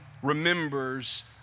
Remembers